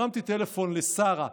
הרמתי טלפון לשרה,